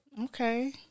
okay